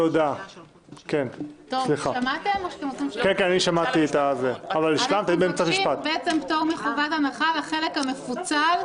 אנחנו מבקשים פטור מחובת הנחה לחלק המפוצל,